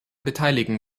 beteiligen